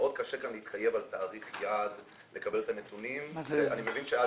מאוד קשה כאן להתחייב על תאריך יעד לקבל את הנתונים אבל אני מבין שעד